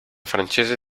francese